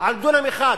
על דונם אחד,